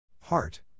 Heart